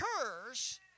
occurs